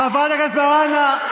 חברת הכנסת מראענה,